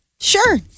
sure